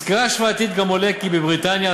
מסקירה השוואתית גם עולה כי בבריטניה,